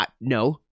No